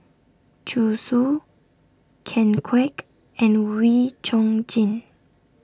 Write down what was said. Zhu Xu Ken Kwek and Wee Chong Jin